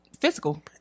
physical